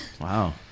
wow